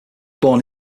born